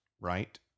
right